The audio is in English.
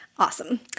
Awesome